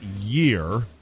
year